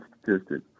statistic